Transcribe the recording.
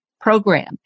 program